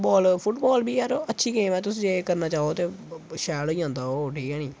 football football बी यरा अच्छी गेम ऐ तुस जे करना चाहो शैल ई होई जंदा ओह् ठीक ऐ निं